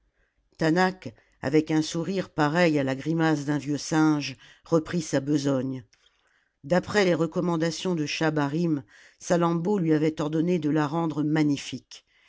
taanach avec un sourire pareil à la grimace d'un vieux singe reprit sa besogne d'après les recommandations de schahabarim salammbô lui avait ordonné de la rendre magnifique